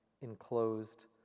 enclosed